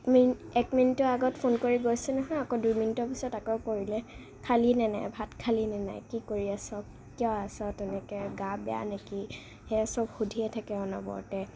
এক মিন এক মিনিটৰ আগত ফোন কৰি গৈছে নহয় আকৌ দুই মিনিটৰ পাছত আকৌ কৰিলে খালি নে নাই ভাত খালি নে নাই কি কৰি আছ কিয় আছ তেনেকৈ গা বেয়া নেকি সেয়া চব সুধিয়েই থাকে অনবৰতে